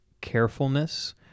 carefulness